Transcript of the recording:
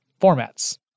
formats